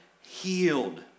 healed